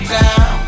down